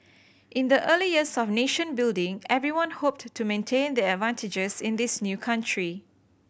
in the early years of nation building everyone hoped to maintain their advantages in this new country